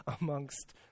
amongst